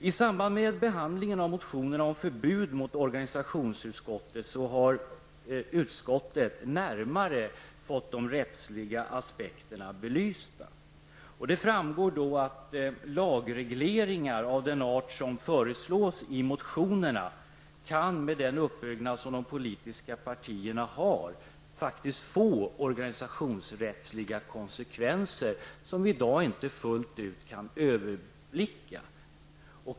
I samband med behandlingen av motionerna om förbud mot organisationsanslutningen har utskottet fått de rättsliga aspekterna närmare belysta. Det framgår att lagregleringar av den art som föreslås i motionerna med den uppbyggnad som de politiska partierna har faktiskt kan få organisationsrättsliga konsekvenser som i dag inte fullt ut kan överblickas.